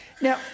now